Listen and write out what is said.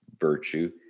virtue